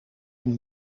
een